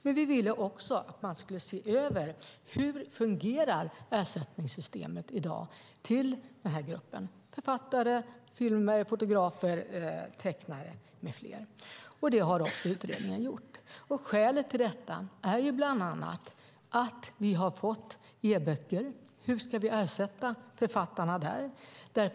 Men vi ville också att man skulle se över hur ersättningssystemet fungerar i dag för den här gruppen författare, filmare, fotografer, tecknare med flera. Det har också utredningen gjort. Skälet till detta är bland annat att vi har fått e-böcker. Hur ska vi ersätta författarna för dem?